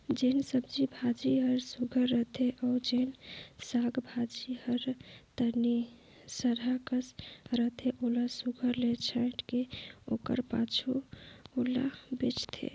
जेन सब्जी भाजी हर सुग्घर रहथे अउ जेन साग भाजी हर तनि सरहा कस रहथे ओला सुघर ले छांएट के ओकर पाछू ओला बेंचथें